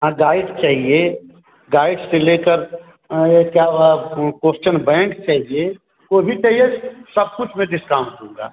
हाँ गाइड चाहिए गाइड से लेकर ये क्या वह कोश्चन बैंक चाहिए कोई भी चाहिए सब कुछ में डिस्काउंट दूँगा